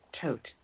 tote